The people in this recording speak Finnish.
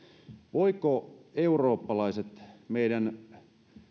voivatko eurooppalaiset maat meidän